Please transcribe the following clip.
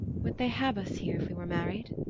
would they have us here if we were married?